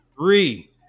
three